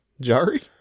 Jari